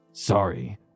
Sorry